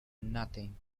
nothing